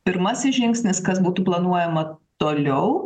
pirmasis žingsnis kas būtų planuojama toliau